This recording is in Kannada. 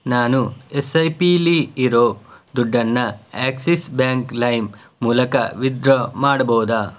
ನಾನು ಎಸ್ ಐ ಪಿಯಲ್ಲಿ ಇರೋ ದುಡ್ಡನ್ನು ಆಕ್ಸಿಸ್ ಬ್ಯಾಂಕ್ ಲೈಮ್ ಮೂಲಕ ವಿತ್ಡ್ರಾ ಮಾಡಬಹುದಾ